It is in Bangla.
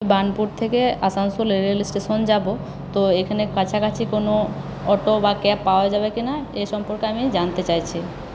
বার্নপুর থেকে আসানসোল রেল স্টেশন যাব তো এখানে কাছাকাছি কোনো অটো বা ক্যাব পাওয়া যাবে কি না এ সম্পর্কে আমি জানতে চাইছি